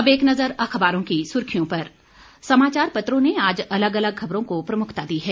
अब एक नजर अखबारों की सुर्खियों पर समाचार पत्रों ने आज अलग अलग खबरों को प्रमुखता दी है